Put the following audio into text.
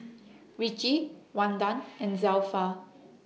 Richie Wanda and Zelpha